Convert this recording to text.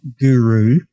guru